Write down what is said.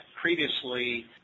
previously